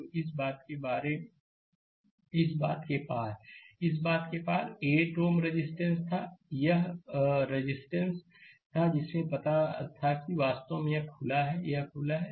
तो इस बात के पार इस बात के पार 8 Ω रेजिस्टेंस था यह रेजिस्टेंस था जिसमें पता था कि वास्तव में खुला है यह खुला है